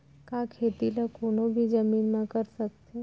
का खेती ला कोनो भी जमीन म कर सकथे?